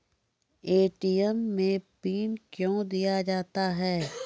ATM मे PIN कयो दिया जाता हैं?